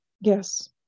Yes